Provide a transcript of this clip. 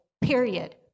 Period